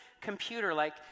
computer-like